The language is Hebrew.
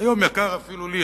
היום יקר אפילו לי,